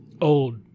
old